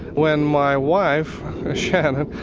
when my wife shannon,